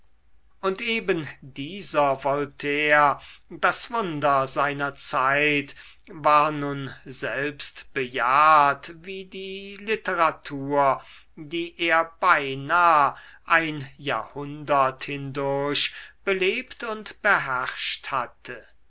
und eben dieser voltaire das wunder seiner zeit war nun selbst bejahrt wie die literatur die er beinah ein jahrhundert hindurch belebt und beherrscht hatte